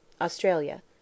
Australia